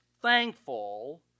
thankful